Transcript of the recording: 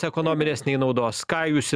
ekonominės nei naudos ką jūs į